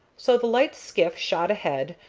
so the light skiff shot ahead,